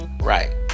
Right